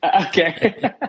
Okay